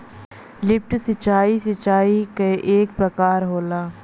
lift सिंचाई, सिंचाई क एक प्रकार होला